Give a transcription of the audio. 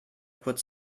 kurz